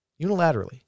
Unilaterally